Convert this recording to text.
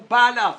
הוא בא לעבודה,